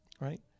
right